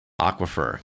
aquifer